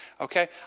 okay